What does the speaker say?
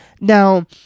now